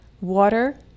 water